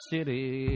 City